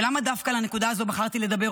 ולמה דווקא על הנקודה הזאת בחרתי לדבר,